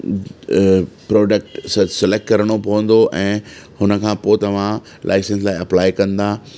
product स select करिणो पवंदो ऐं हुन खां पोइ तव्हां लाईसंस लाइ अपलाए कंदा